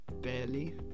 barely